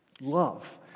love